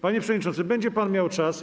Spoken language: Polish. Panie przewodniczący, będzie pan miał czas.